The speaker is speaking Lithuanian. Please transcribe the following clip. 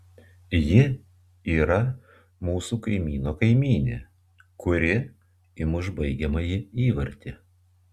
ji yra mūsų kaimyno kaimynė kuri įmuš baigiamąjį įvartį